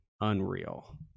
unreal